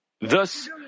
Thus